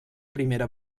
primera